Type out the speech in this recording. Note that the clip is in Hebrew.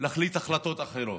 ולהחליט החלטות אחרות,